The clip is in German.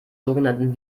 sogenannten